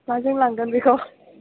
माजों लांगोन बेखौ